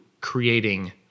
creating